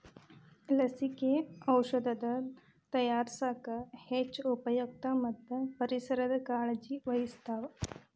ಲಸಿಕೆ, ಔಔಷದ ತಯಾರಸಾಕ ಹೆಚ್ಚ ಉಪಯುಕ್ತ ಮತ್ತ ಪರಿಸರದ ಕಾಳಜಿ ವಹಿಸ್ತಾವ